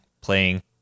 playing